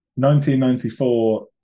1994